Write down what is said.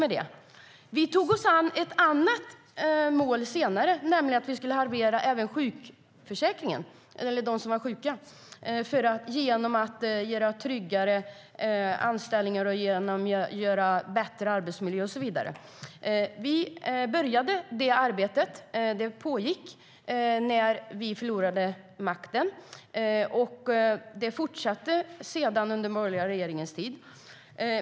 Senare tog vi oss an ett annat mål, nämligen att halvera antalet sjuka i sjukförsäkringen genom tryggare anställningar, bättre arbetsmiljö och så vidare. Vi påbörjade det arbetet. Det pågick när vi förlorade makten, och det fortsatte under den borgerliga regeringens tid.